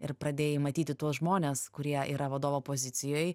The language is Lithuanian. ir pradėjai matyti tuos žmones kurie yra vadovo pozicijoj